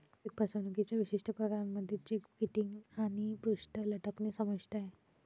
check फसवणुकीच्या विशिष्ट प्रकारांमध्ये चेक किटिंग आणि पृष्ठ लटकणे समाविष्ट आहे